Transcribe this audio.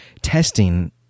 testing